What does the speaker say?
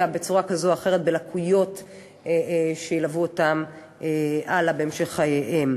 בצורה כזאת או אחרת בלקויות שילוו אותם הלאה בהמשך חייהם.